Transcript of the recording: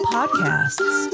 Podcasts